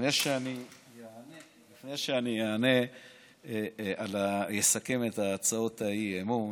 לפני שאני אענה ואסכם את הצעות האי-אמון,